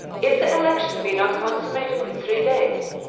if the election be not consummated in three days,